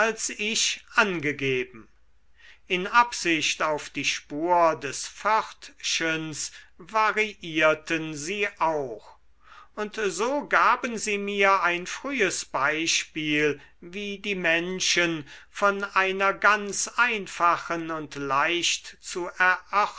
ich angegeben in absicht auf die spur des pförtchens variierten sie auch und so gaben sie mir ein frühes beispiel wie die menschen von einer ganz einfachen und leicht zu